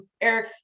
Eric